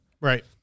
Right